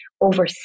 over